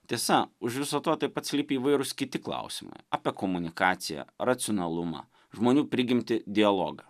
tiesa už viso to taip pat slypi įvairūs kiti klausimai apie komunikaciją racionalumą žmonių prigimtį dialogą